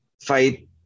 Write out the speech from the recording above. fight